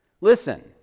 listen